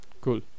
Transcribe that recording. Cool